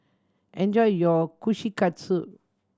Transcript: enjoy your Kushikatsu